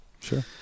Sure